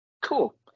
Cool